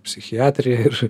psichiatriją ir